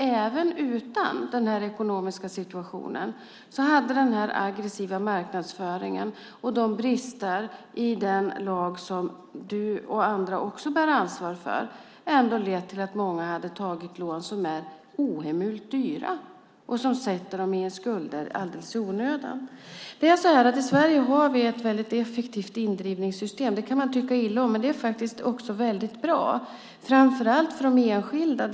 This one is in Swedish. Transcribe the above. Även utan den här ekonomiska situationen tror jag att den här aggressiva marknadsföringen och de brister i den lag som du och andra också bär ansvar för skulle ha lett till att många hade tagit lån som är ohemult dyra och som sätter dem i skulder alldeles i onödan. I Sverige har vi ett väldigt effektivt indrivningssystem. Det kan man tycka illa om, men det är faktiskt också väldigt bra, framför allt för de enskilda.